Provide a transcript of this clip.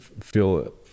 feel